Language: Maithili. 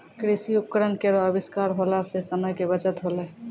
कृषि उपकरण केरो आविष्कार होला सें समय के बचत होलै